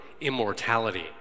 immortality